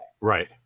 Right